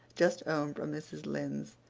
just home from mrs. lynde's,